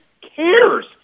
cares